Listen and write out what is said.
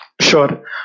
Sure